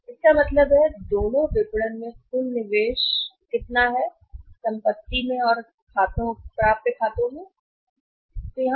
तो इसका मतलब है कि दोनों विपणन में कुल निवेश कितना है संपत्ति और खातों में प्राप्य